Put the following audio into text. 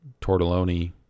tortelloni